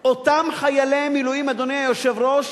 שאותם חיילי מילואים, אדוני היושב-ראש,